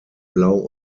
blau